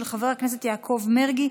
של חבר הכנסת יעקב מרגי.